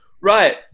Right